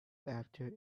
after